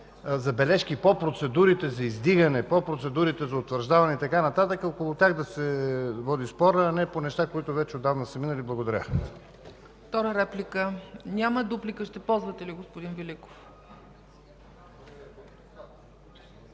забележки по процедурите за издигане и за утвърждаване, и така нататък, около тях да се води спорът, а не по неща, които вече отдавна са минали. Благодаря.